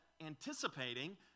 anticipating